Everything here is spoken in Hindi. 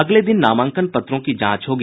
अगले दिन नामांकन पत्रों की जांच होगी